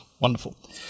Wonderful